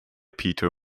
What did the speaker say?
peter